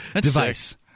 device